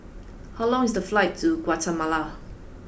how long is the flight to Guatemala